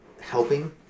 helping